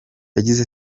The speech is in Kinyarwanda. yagize